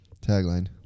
Tagline